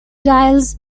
dials